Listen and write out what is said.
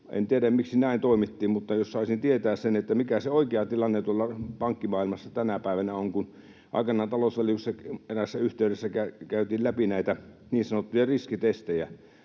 En tiedä, miksi näin toimittiin, mutta jos saisin tietää, mikä se oikea tilanne tuolla pankkimaailmassa tänä päivänä on... Kun aikanaan talousvaliokunnassa eräässä yhteydessä käytiin läpi näitä niin sanottuja riskitestejä,